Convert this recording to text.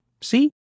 See